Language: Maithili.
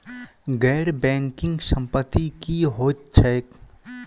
गैर बैंकिंग संपति की होइत छैक?